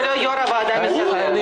הכנסת ולא יושב-ראש הוועדה המסדרת."